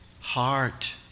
Heart